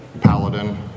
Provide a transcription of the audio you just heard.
paladin